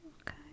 okay